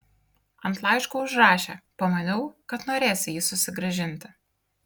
ant laiško užrašė pamaniau kad norėsi jį susigrąžinti